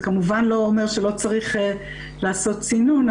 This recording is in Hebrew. זה כמובן לא אומר שלא צריך לעשות סינון,